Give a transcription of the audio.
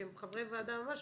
שהם חברי ועדה ממש,